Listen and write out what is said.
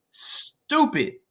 stupid